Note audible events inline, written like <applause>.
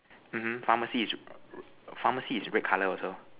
mmhmm pharmacy is <noise> pharmacy is red colour also